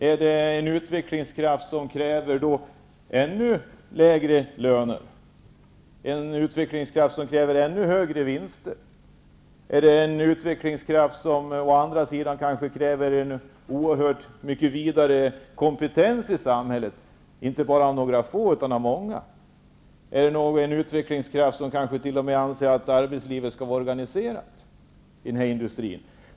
Är det en utvecklingskraft som å ena sidan kräver ännu lägre löner och ännu högre vinster? Eller är det en utvecklingskraft som å andra sidan kräver en oerhört vidare kompetens i samhället -- inte bara av några få utan av många? Eller är det en utvecklingskraft som anser att arbetslivet skall vara organiserat inom denna industri?